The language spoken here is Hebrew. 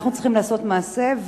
אנחנו צריכים לעשות מעשה.